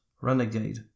renegade